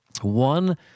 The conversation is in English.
one